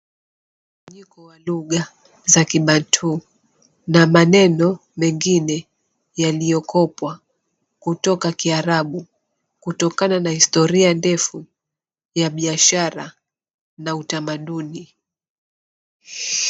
Jiko wa lugha za Kibantu na maneno mengine yaliyokopwa kutoka Kiarabu kutokana na historia ndefu ya biashara na utamaduni.